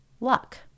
luck